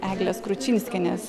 eglės kručinskienės